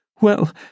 Well